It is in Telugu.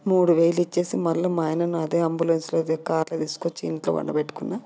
మూడు వేలు ఇచ్చేసి మళ్ళీ మా ఆయనను అదే అంబులెన్స్ కారులో తీసుకొచ్చి ఇంట్లో పండబెట్టుకున్న